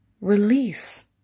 Release